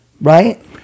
right